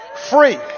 free